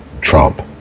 Trump